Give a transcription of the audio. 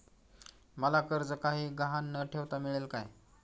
मला कर्ज काही गहाण न ठेवता मिळेल काय?